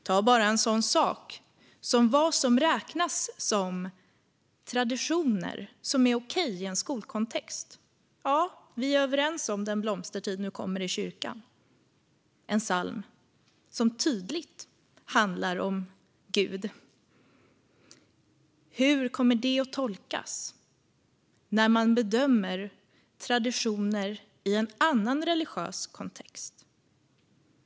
Ta bara en sådan sak som vad som räknas som traditioner som är okej i en skolkontext! Ja, vi är överens om Den blomstertid nu kommer i kyrkan - en psalm som tydligt handlar om Gud. Hur kommer det att tolkas när man bedömer traditioner i en annan religiös kontext?